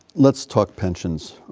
let's talk pensions.